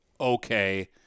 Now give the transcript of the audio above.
okay